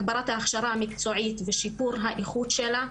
הגבלת ההכשרה המקצועית ושיפור האיכות שלה,